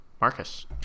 marcus